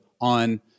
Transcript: on